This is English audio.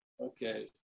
Okay